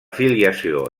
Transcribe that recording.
filiació